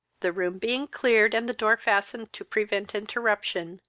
the room being cleared, and the door fastened, to prevent interruption,